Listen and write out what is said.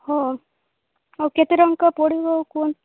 ହଁ ଆଉ କେତେ ଟଙ୍କା ପଡ଼ିବ କୁହନ